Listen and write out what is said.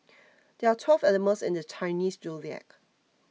there are twelve animals in the Chinese zodiac